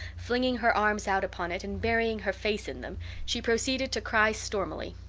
flinging her arms out upon it, and burying her face in them, she proceeded to cry stormily.